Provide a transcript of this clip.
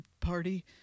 party